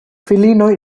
filinoj